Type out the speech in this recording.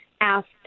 asked